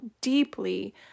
deeply